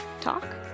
talk